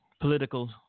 political